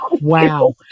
Wow